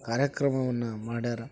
ಕಾರ್ಯಕ್ರಮವನ್ನು ಮಾಡ್ಯಾರ